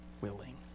willing